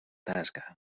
tasca